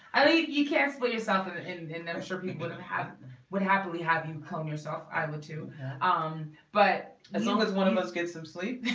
i leave you can't split yourself ah and and and i'm sure people don't have what happened we have you home yourself. i would too um but. as long as one of us get some sleep